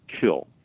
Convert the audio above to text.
kill